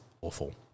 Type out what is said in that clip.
awful